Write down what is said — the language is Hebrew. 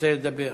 רוצה לדבר.